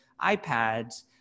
iPads